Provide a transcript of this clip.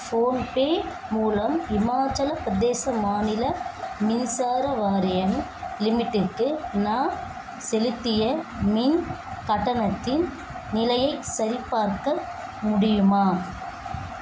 PhonePe மூலம் இமாச்சலப் பிரதேச மாநில மின்சார வாரியம் லிமிட்டுக்கு நான் செலுத்திய மின் கட்டணத்தின் நிலையை சரிபார்க்க முடியுமா